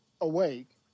awake